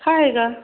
खाएगा